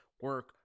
work